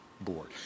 board